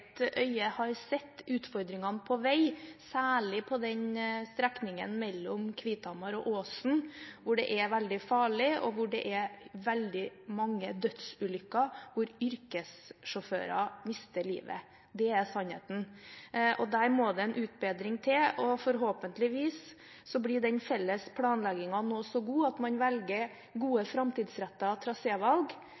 har sett utfordringene på vei, særlig på strekningen mellom Kvithammer og Åsen, hvor det er veldig farlig, og hvor det er veldig mange dødsulykker der yrkessjåfører mister livet. Det er sannheten. Der må det en utbedring til. Forhåpentligvis blir den felles planleggingen nå så god at man velger gode,